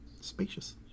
spacious